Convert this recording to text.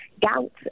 gout